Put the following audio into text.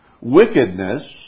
wickedness